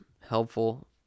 helpful